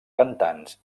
cantants